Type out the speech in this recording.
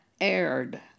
aired